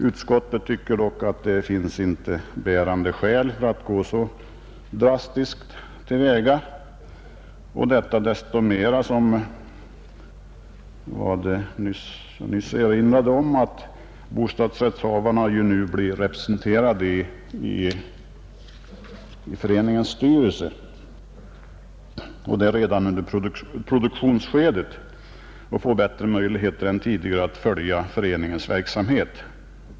Utskottet anser dock att det inte finns bärande skäl för att gå så drastiskt till väga, dessto mindre som — vilket jag nyss erinrade om — bostadsrättshavarna ju nu blir representerade i föreningens styrelse, och detta redan under produktionsskedet, varigenom de får bättre möjligheter än tidigare att följa föreningens verksamhet.